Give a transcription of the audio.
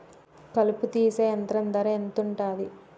కలుపు తీసే యంత్రం ధర ఎంతుటది?